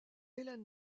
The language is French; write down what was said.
helen